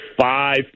five